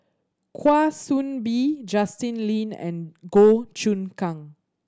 Kwa Soon Bee Justin Lean and Goh Choon Kang